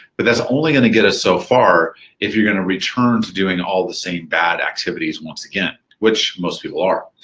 but that's only gonna get so far if you're going to return to doing all the same bad activities once again, which most people are.